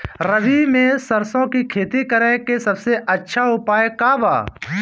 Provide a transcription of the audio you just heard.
रबी में सरसो के खेती करे के सबसे अच्छा उपाय का बा?